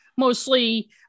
Mostly